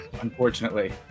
Unfortunately